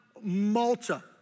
Malta